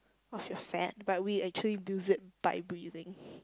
of your fat but we actually lose it by breathing